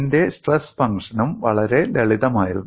എന്റെ സ്ട്രെസ് ഫംഗ്ഷനും വളരെ ലളിതമായിരുന്നു